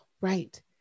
right